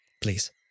Please